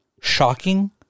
shocking